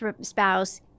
spouse